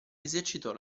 esercitò